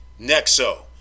Nexo